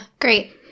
great